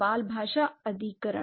बाल भाषा अधिग्रहण